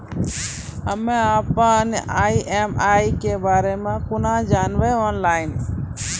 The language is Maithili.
हम्मे अपन ई.एम.आई के बारे मे कूना जानबै, ऑनलाइन?